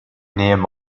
name